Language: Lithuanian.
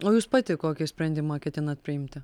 o jūs pati kokį sprendimą ketinat priimti